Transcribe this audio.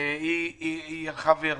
הלכה וירדה.